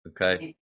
Okay